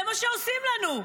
זה מה שעושים לנו.